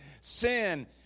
Sin